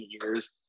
years